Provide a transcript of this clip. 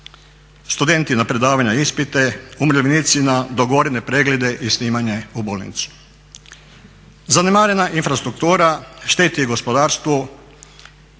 studenti na predavanja i ispite, umirovljenici na dogovorene predmete i snimanje u bolnicu. Zanemarena infrastruktura šteti i gospodarstvu.